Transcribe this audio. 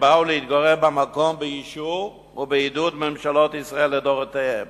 שבאו להתגורר במקום באישור ובעידוד ממשלות ישראל לדורותיהן,